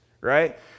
right